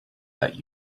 that